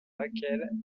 laquelle